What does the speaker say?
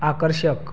आकर्षक